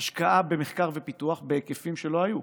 השקעה במחקר ופיתוח בהיקפים שלא היו.